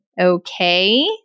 Okay